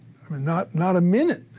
not not a minute.